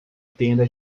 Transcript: tenda